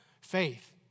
faith